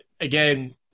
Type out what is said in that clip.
Again